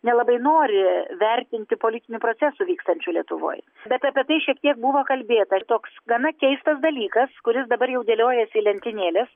nelabai nori vertinti politinių procesų vykstančių lietuvoj bet apie tai šiek tiek buvo kalbėta ir toks gana keistas dalykas kuris dabar jau dėliojas į lentynėles